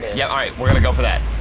yeah, all right. we're gonna go for that.